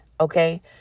okay